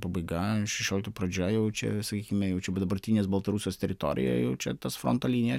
pabaiga šešioliktų pradžia jau čia sakykime jau čia dabartinės baltarusijos teritorijoje jau čia tas fronto linija